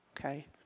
okay